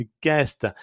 guest